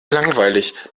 langweilig